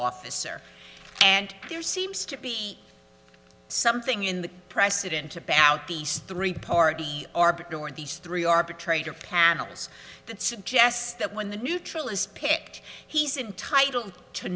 officer and there seems to be something in the precedent about these three party arbiter or these three arbitrator panels that suggest that when the neutral is picked he's entitled to